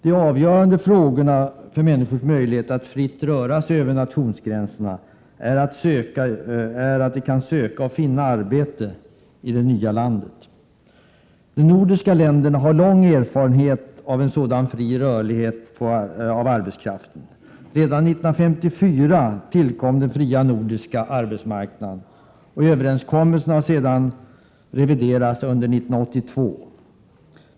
Det avgörande för människors möjligheter att fritt röra sig över nationsgränserna är att de kan söka och finna arbete i det nya landet. De nordiska länderna har lång erfarenhet av sådan fri rörlighet av arbetskraften. Redan 1954 tillkom den fria nordiska arbetsmarknaden. Överenskommelsen har sedan reviderats under 1982.